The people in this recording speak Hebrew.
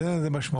אין לזה משמעות.